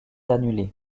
annulée